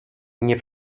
nie